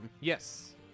Yes